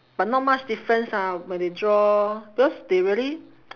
but not much difference ah when they draw because they really